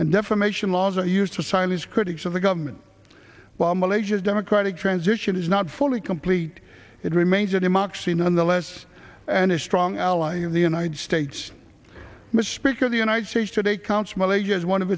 and defamation laws are used to silence critics of the government while malaysia's democratic transition is not fully complete it remains a democracy nonetheless and a strong ally of the united states misprision of the united states today counts malaysia as one of